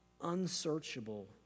Unsearchable